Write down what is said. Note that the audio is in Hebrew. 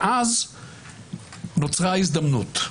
אז נוצרה הזדמנות.